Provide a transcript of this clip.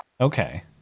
okay